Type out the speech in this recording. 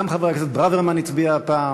גם חבר הכנסת ברוורמן הצביע הפעם,